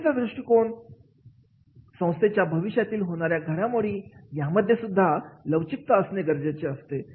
संस्थेचा दृष्टीकोण संस्थेच्या भविष्यातील होणाऱ्या घडामोडी यामध्येसुद्धा लवचिकता असणे गरजेचे असते